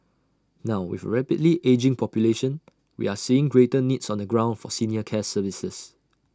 now with A rapidly ageing population we are seeing greater needs on the ground for senior care services